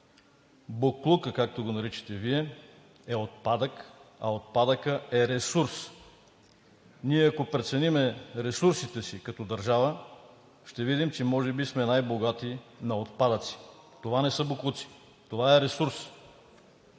боклукът, както го наричате Вие, е отпадък, а отпадъкът е ресурс. Ние, ако преценим ресурсите си като държава, ще видим, че може би сме най-богати на отпадъци. Това не са боклуци, това е ресурс.